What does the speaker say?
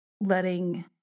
letting